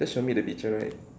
just show me the picture right